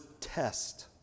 test